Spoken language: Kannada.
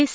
ಎಸ್